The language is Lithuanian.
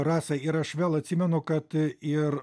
rasa ir aš vėl atsimenu kad ir